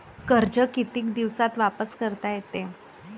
कर्ज कितीक दिवसात वापस करता येते?